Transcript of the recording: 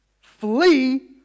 flee